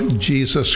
Jesus